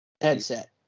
Headset